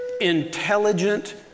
intelligent